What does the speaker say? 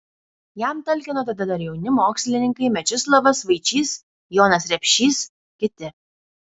jam talkino tada dar jauni mokslininkai mečislovas vaičys jonas repšys kiti